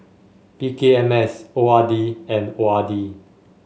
P K M S O R D and O R D